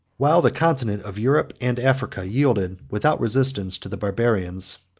while the continent of europe and africa yielded, without resistance, to the barbarians,